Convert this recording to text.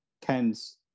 Ken's